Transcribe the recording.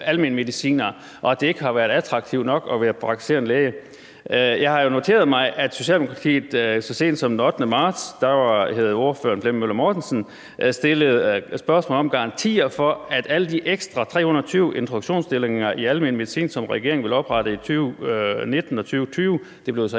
almenmedicinere, og at det ikke har været attraktivt nok at være praktiserende læge. Jeg har jo noteret mig, at Socialdemokratiet så sent som den 8. marts sidste år – og der hed ordføreren hr. Flemming Møller Mortensen – stillede spørgsmål om at få garantier for, at alle de ekstra 320 introduktionsstillinger i almen medicin, som den daværende regering ville oprette i 2019 og 2020 – det blev